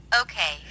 Okay